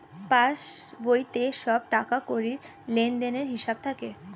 পাসবইতে সব টাকাকড়ির লেনদেনের হিসাব থাকে